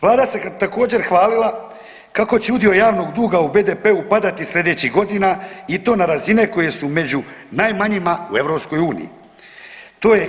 Vlada se također hvalila kako će udio javnog duga u BDP-u padati sljedećih godina i to na razine koje su među najmanjima u Europskoj uniji.